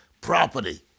property